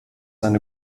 eine